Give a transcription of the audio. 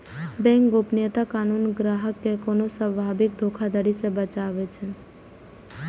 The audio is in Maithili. बैंक गोपनीयता कानून ग्राहक कें कोनो संभावित धोखाधड़ी सं बचाबै छै